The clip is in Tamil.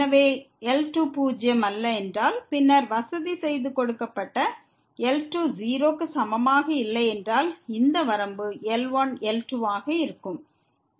எனவே L2 பூஜ்ஜியம் அல்ல என்றால் பின்னர் வசதிசெய்துகொடுக்கப்பட்ட L2 0 க்கு சமமாக இல்லை என்றால் இந்த வரம்பு L1L2 ஆக இருக்கும்